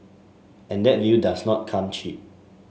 and that view does not come cheap